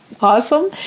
awesome